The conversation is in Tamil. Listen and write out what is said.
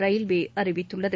ரயில்வே அறிவித்துள்ளது